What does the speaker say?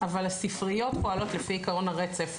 אבל הספריות פעולות לפי עקרון הרצף.